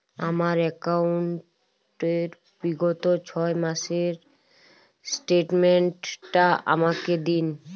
আমার অ্যাকাউন্ট র বিগত ছয় মাসের স্টেটমেন্ট টা আমাকে দিন?